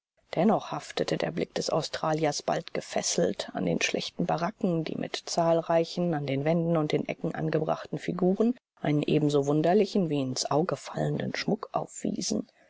dennoch haftete der blick des australiers bald gefesselt an den schlechten baracken die mit zahlreichen an den wänden und den ecken angebrachten figuren einen ebenso wunderlichen wie ins auge fallenden schmuck aufwiesen